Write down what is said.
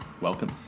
Welcome